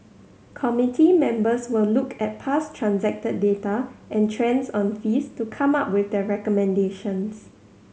committee members will look at past transacted data and trends on fees to come up with their recommendations